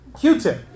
Q-tip